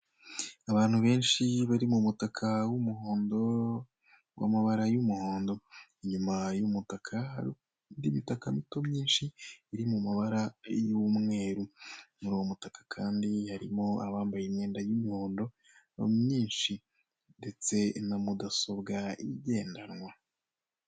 Abantu benshi, bari mu mutaka w'umuhondo, w'amabara y'umuhondo. Inyuma y'umutaka hari imitaka mito, myinshi, iri mu mabara y'umweru. Muri uwo mutaka kandi harimo abambaye imyenda y'umuhondo myinshi. Ndetse na mudasobwa igendanwa.